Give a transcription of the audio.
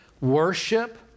worship